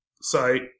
site